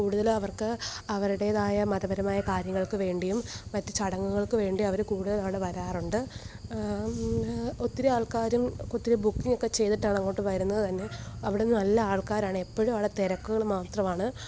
കൂടുതലും അവർക്ക് അവരുടെതായ മതപരമായ കാര്യങ്ങൾക്ക് വേണ്ടിയും മറ്റ് ചടങ്ങുകൾക്ക് വേണ്ടിയും അവർ കൂടുതലും അവർ വരാറുണ്ട് ഒത്തിരി ആൾക്കാരും ഒത്തിരി ബുക്കിങ്ങ് ഒക്കെ ചെയ്തിട്ടാണ് അങ്ങോട്ട് വരുന്നത് തന്നെ അവിടെന്ന് നല്ല ആൾക്കാരാണ് എപ്പഴും അവിടെ തിരക്കുകൾ മാത്രമാണ്